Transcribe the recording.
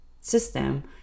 system